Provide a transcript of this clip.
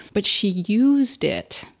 but she used it,